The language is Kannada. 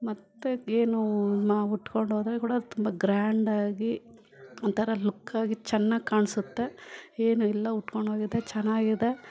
ಮತ್ತು ಏನು ನಾ ಉಟ್ಕೊಂಡೋದರೆ ಕೂಡ ತುಂಬ ಗ್ರ್ಯಾಂಡಾಗಿ ಒಂಥರ ಲುಕ್ಕಾಗಿ ಚೆನ್ನಾಗ್ ಕಾಣಿಸುತ್ತೆ ಏನು ಇಲ್ಲ ಉಟ್ಕೊಂಡೋಗಿದ್ದೆ ಚೆನ್ನಾಗಿದೆ